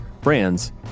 brands